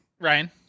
Ryan